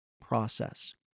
process